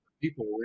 people